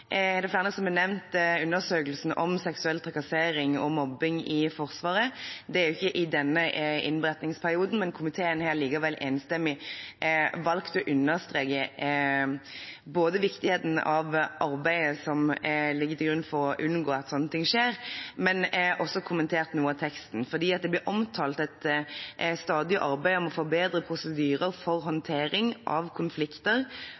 er det flere som har nevnt undersøkelsen om seksuell trakassering og mobbing i Forsvaret. Det er ikke i denne innberetningsperioden, men komiteen har likevel enstemmig valgt å understreke viktigheten av arbeidet som ligger til grunn for å unngå at sånne ting skjer, og også kommentert noe av teksten. Det blir omtalt et stadig arbeid «om å forbedre prosedyrer for håndtering av konflikter